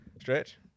Stretch